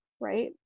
right